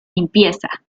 limpieza